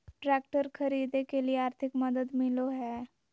Tractor खरीदे के लिए आर्थिक मदद मिलो है?